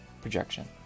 projection